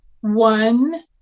one